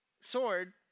sword